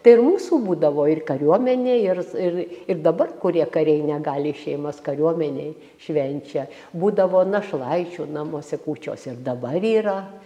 tai ir mūsų būdavo ir kariuomenė ir ir ir dabar kurie kariai negali šeimas kariuomenėj švenčia būdavo našlaičių namuose kūčios ir dabar yra